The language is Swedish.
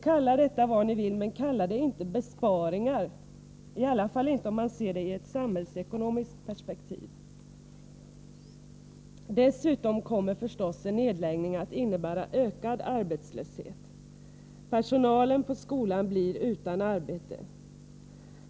Kalla detta vad ni vill, men kalla det inte besparingar — i alla fall inte om man ser det i ett samhällsekonomiskt perspektiv. En nedläggning kommer dessutom naturligtvis att innebära ökad arbetslöshet. Personalen på skolan blir utan arbete.